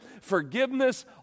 forgiveness